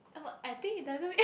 oh I think it doesn't make